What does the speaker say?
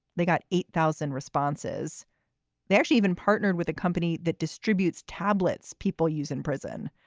they got eight thousand responses there. she even partnered with a company that distributes tablets people use in prison.